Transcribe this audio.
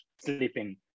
sleeping